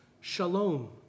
shalom